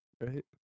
Right